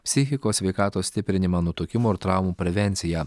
psichikos sveikatos stiprinimą nutukimo ir traumų prevenciją